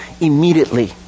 immediately